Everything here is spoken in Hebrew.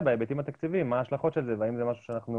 בהיבטים התקציביים מה ההשלכות של זה והאם זה משהו שאנחנו